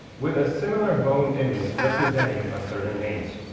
with a similar bone image representing a certain age.